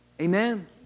Amen